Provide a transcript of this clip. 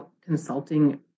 consulting